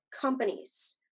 companies